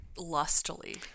Lustily